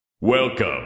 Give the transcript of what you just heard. Welcome